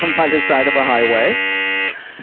um by the side of a highway.